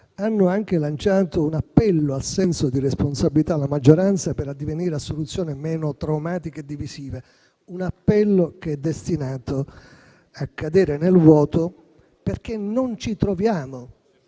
hanno anche lanciato un appello al senso di responsabilità della maggioranza per addivenire a soluzioni meno traumatiche e divisive; un appello che è destinato a cadere nel vuoto, perché ci troviamo